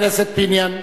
חבר הכנסת פיניאן.